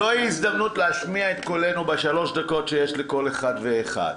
זוהי הזדמנות להשמיע את קולנו בשלוש הדקות שיש לכל אחד ואחד.